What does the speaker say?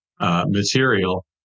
material